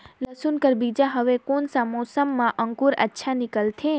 लसुन कर बीजा हवे कोन सा मौसम मां अंकुर अच्छा निकलथे?